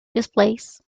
displays